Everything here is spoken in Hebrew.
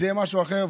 זה יהיה משהו אחר.